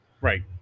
right